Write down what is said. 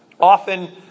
often